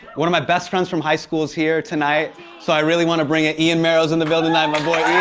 one of my best friends from high school is here tonight so i really want to bring it. ian marrow's in the building tonight. my boy